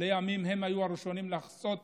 לימים הם היו הראשונים להתחיל